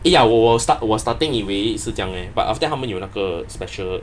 ya 我我我 starting 以为是这样 eh but after that 他们有那个 special